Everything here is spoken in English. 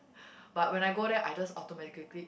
but when I go there I just automatically